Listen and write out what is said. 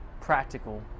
practical